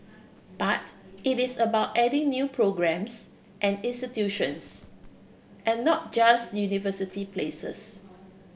but it is about adding new programmes and institutions and not just university places